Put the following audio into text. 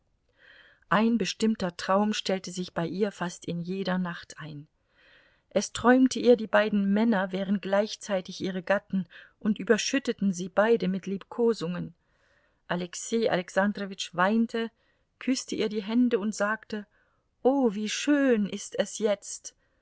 ein bestimmter traum stellte sich bei ihr fast in jeder nacht ein es träumte ihr die beiden männer wären gleichzeitig ihre gatten und überschütteten sie beide mit liebkosungen alexei alexandrowitsch weinte küßte ihr die hände und sagte o wie schön ist es jetzt